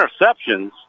interceptions